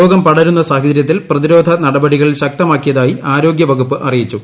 രോഗം പടരുന്ന സാഹചര്യത്തിൽ പ്രതിരോധ നടപടികൾ ശക്തമാക്കിയതായി ആരോഗ്യ വകുപ്പ് അറിയിച്ചു